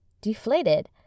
deflated